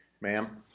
Ma'am